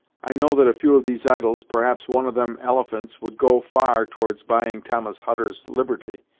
i know that a few of these idols, perhaps one of them elephants, would go far towards buying thomas hutter's liberty,